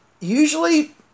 Usually